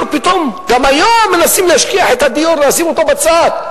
גם היום מנסים להשכיח את הדיור, לשים אותו בצד.